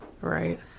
Right